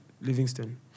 Livingstone